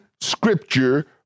scripture